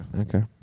Okay